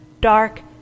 dark